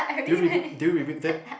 do you rebuke do you rebuke that